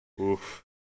oof